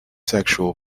sexual